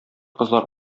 кызлар